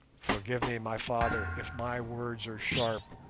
forgive me, my father, if my words are sharp,